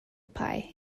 pie